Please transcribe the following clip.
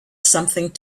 something